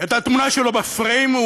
את התמונה שלו בפריים,